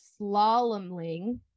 slaloming